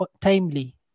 timely